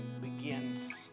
begins